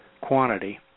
quantity